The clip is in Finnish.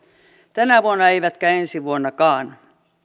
tänä vuonna eivätkä ensi vuonnakaan